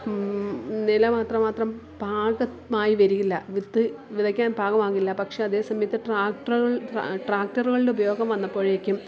നിലം അത്രമാത്രം പാകമായി വരില്ല വിത്ത് വിതയ്ക്കാൻ പാകമാകില്ല പക്ഷേ അതേ സമയത്ത് ട്രാക്ടറുകളിൽ ട്രാ ട്രാക്ടറുകളുടെ ഉപയോഗം വന്നപ്പോഴേക്കും